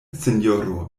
sinjoro